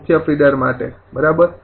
મુખ્ય ફીડર માટે બરાબર